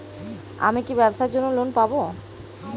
আমি কি ব্যবসার জন্য লোন পাব?